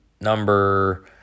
number